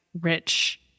rich